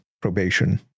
probation